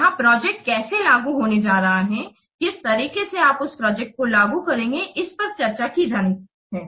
यहाँ प्रोजेक्ट कैसे लागू होने जा रहा है किस तरीके से आप उस प्रोजेक्ट को लागू करेंगे इस पर चर्चा की जानी है